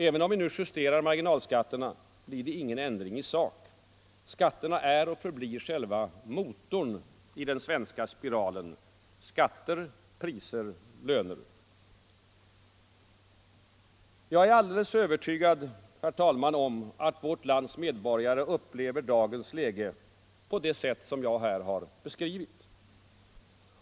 Även om vi just nu justerar marginalskatterna, blir det ingen ändring i sak. Skatterna är och förblir själva motorn i den svenska spiralen: skatter — priser = löner. Jag är alldeles övertygad om, herr talman, att vårt lands medborgare upplever dagens läge på det sätt jag här har beskrivit.